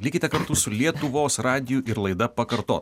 likite kartu su lietuvos radiju ir laida pakarto